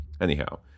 anyhow